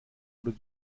oder